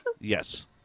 yes